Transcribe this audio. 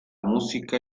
música